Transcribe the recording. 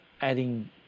adding